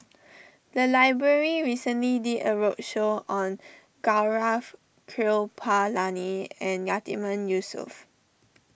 the library recently did a roadshow on Gaurav Kripalani and Yatiman Yusof